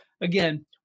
again